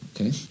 Okay